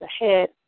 ahead